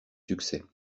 succès